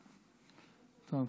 טוב.